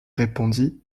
répondit